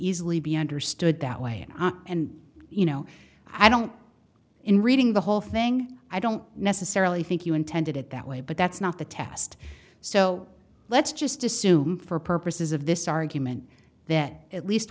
easily be understood that way and you know i don't in reading the whole thing i don't necessarily think you intended it that way but that's not the test so let's just assume for purposes of this argument that at least